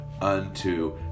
unto